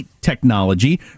technology